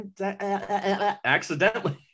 accidentally